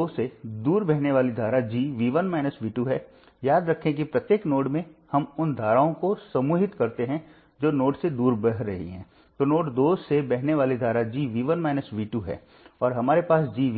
आगे हमने स्वतंत्र वोल्टेज स्रोतों को भी शामिल किया इस मामले में जटिलता यह है कि आप नहीं जानते कि वोल्टेज स्रोत के माध्यम से वर्तमान प्रवाह क्या है यानी आप वोल्टेज स्रोत के माध्यम से वर्तमान को वोल्टेज